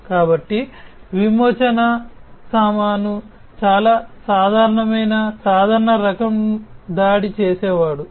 కాబట్టి విమోచన సామాను చాలా సాధారణమైన సాధారణ రకం దాడి చేసేవాడు